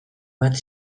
bat